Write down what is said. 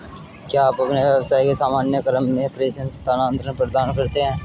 क्या आप अपने व्यवसाय के सामान्य क्रम में प्रेषण स्थानान्तरण प्रदान करते हैं?